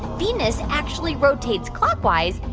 venus actually rotates clockwise,